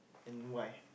and why